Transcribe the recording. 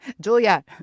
Julia